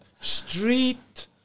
Street